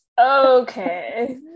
Okay